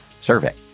survey